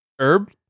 Herb